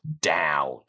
down